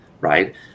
right